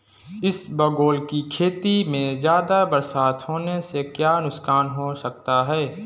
इसबगोल की खेती में ज़्यादा बरसात होने से क्या नुकसान हो सकता है?